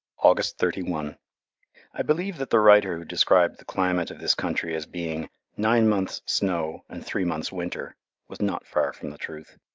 august thirty one i believe that the writer who described the climate of this country as being nine months snow and three months winter was not far from the truth.